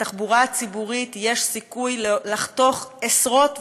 בתחבורה הציבורית יש סיכוי לחתוך עשרות אחוזים,